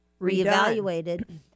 reevaluated